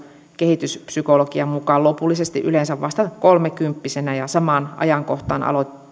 kehityspsykologian mukaan lopullisesti yleensä vasta kolmekymppisenä ja samaan ajankohtaan